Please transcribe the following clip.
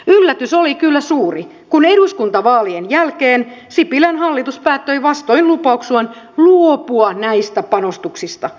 yllätys oli kyllä suuri kun eduskuntavaalien jälkeen sipilän hallitus päätti vastoin lupauksiaan luopua näistä panostuksista